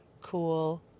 cool